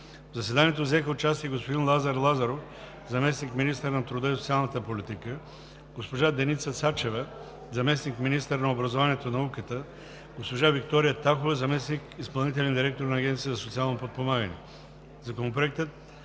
В заседанието взеха участие: господин Лазар Лазаров –заместник-министър на труда и социалната политика; госпожа Деница Сачева – заместник-министър на образованието и науката; госпожа Виктория Тахова – заместник-изпълнителен директор на Агенцията за социално подпомагане. Законопроектът